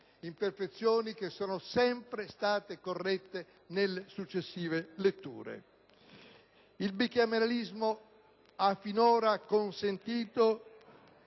imperfezioni che sono state sempre corrette nelle successive letture. Il bicameralismo ha finora consentito